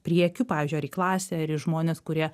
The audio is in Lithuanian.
priekiu pavyzdžiui ar į klasę ar į žmones kurie